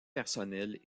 personnels